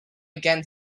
again